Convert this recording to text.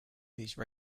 these